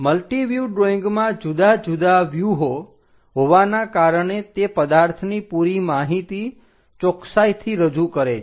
multiview ડ્રોઈંગમાં જુદા જુદા વ્યુહો હોવાના કારણે તે પદાર્થની પૂરી માહિતી ચોકસાઈથી રજૂ કરે છે